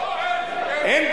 לא, אין.